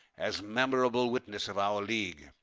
as memorable witness of our league.